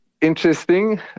interesting